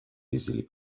easily